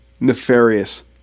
Nefarious